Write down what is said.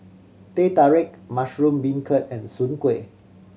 Teh Tarik mushroom beancurd and Soon Kuih